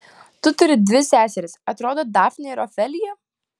tu turi dvi seseris atrodo dafnę ir ofeliją